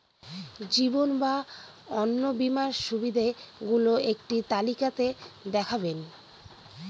জীবন বা অন্ন বীমার সুবিধে গুলো একটি তালিকা তে দেখাবেন?